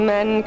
Men